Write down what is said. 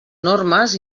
normes